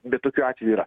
bet tokių atvejų yra